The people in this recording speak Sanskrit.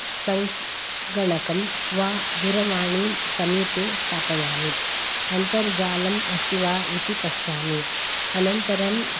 सङ्गणकं वा दूरवाणीं समीपे स्थापयामि अन्तर्जालम् अस्ति वा इति पश्यामि अनन्तरं